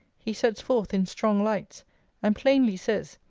he sets forth in strong lights and plainly says,